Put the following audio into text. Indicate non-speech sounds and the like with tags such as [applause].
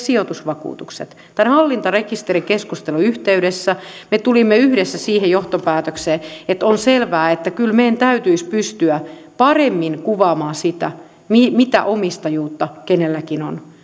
[unintelligible] sijoitusvakuutukset tämän hallintarekisterikeskustelun yhteydessä me tulimme yhdessä siihen johtopäätökseen että on selvää että kyllä meidän täytyisi pystyä paremmin kuvaamaan sitä mitä omistajuutta kenelläkin on